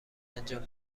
انجام